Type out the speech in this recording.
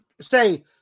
say